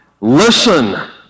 listen